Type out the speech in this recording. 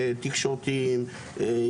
תקשורתיים,